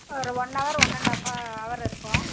ஒரு one hour one and half hour இருக்கும்